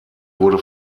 wurde